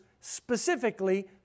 specifically